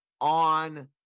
on